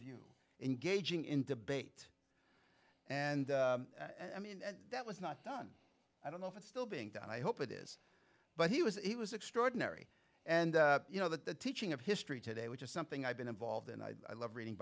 view engaging in debate and i mean that was not done i don't know if it's still being done i hope it is but he was he was extraordinary and you know that the teaching of history today which is something i've been involved in i love reading